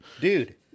Dude